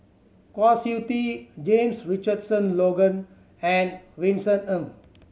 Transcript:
Kwa Siew Tee James Richardson Logan and Vincent Ng